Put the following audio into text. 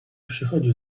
przychodził